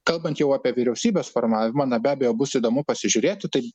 kalbant jau apie vyriausybės formavimą na be abejo bus įdomu pasižiūrėti tai